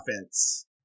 offense